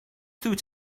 through